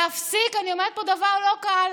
להפסיק, אני אומרת פה דבר לא קל,